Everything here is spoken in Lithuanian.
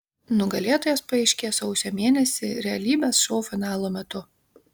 nugalėtojas paaiškės sausio mėnesį realybės šou finalo metu